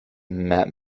met